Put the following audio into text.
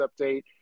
update